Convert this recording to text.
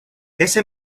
ese